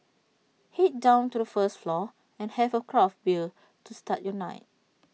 Head down to the first floor and have A craft bear to start your night